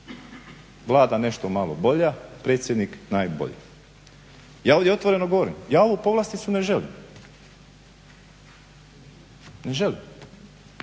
Vlada nešto malo bolja, predsjednik najbolji. Ja ovdje otvoreno govorim, ja ovu povlasticu ne želim. Jer